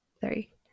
three